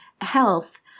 health